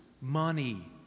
money